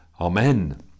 amen